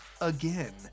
again